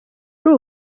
ari